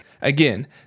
Again